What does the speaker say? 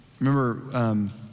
Remember